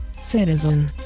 citizen